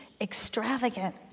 extravagant